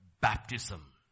baptism